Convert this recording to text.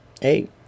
hey